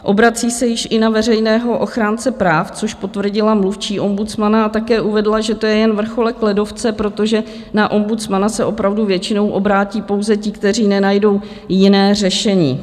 Obrací se již i na veřejného ochránce práv, což potvrdila mluvčí ombudsmana, a také uvedla, že to je jen vrcholek ledovce, protože na ombudsmana se opravdu většinou obrátí pouze ti, kteří nenajdou jiné řešení.